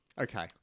Okay